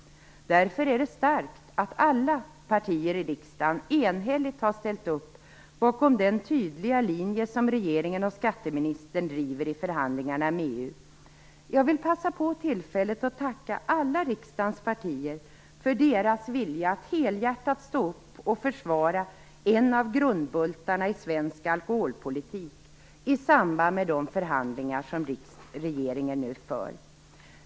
Därför är det starkt att alla partier i riksdagen enhälligt har ställt upp bakom den tydliga linje som regeringen och skatteministern driver i förhandlingarna med EU. Jag vill passa på tillfället att tacka alla riksdagens partier för deras vilja att helhjärtat försvara en av grundbultarna i svensk alkoholpolitik i samband med de förhandlingar som regeringen nu för.